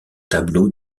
tableau